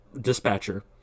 dispatcher